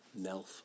Nelf